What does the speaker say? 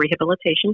Rehabilitation